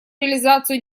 реализацию